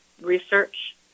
research